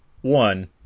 one